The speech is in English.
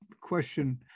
question